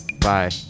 Bye